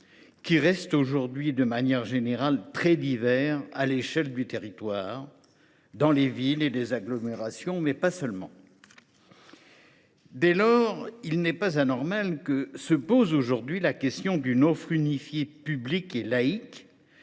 un modèle pluriel qui, de manière générale, reste très divers à l’échelle du territoire, dans les villes et les agglomérations, mais pas seulement. Dès lors, il n’est pas anormal que se pose aujourd’hui la question d’une offre unifiée, publique et laïque,